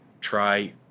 try